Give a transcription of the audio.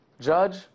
Judge